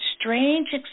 strange